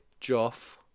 Joff